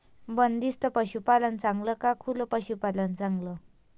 बंदिस्त पशूपालन चांगलं का खुलं पशूपालन चांगलं?